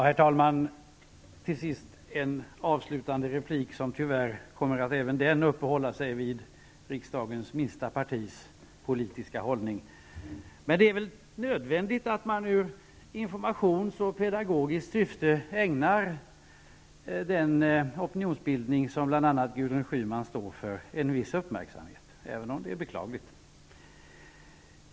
Herr talman! Till sist en avslutande replik, som tyvärr även den kommer att uppehålla sig vid den politiska hållningen hos riksdagens minsta parti. Men det är väl nödvändigt att man i informationssyfte och i pedagogiskt syfte ägnar den opinionsbildning, som bl.a. Gudrun Schyman står för, en viss uppmärksamhet -- även om det är beklagligt att man måste göra det.